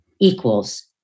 equals